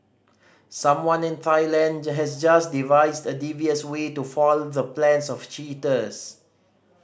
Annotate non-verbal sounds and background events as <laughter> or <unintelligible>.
someone in Thailand <unintelligible> has just devised a devious way to foil the plans of cheaters